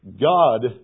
God